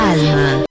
Alma